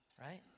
Right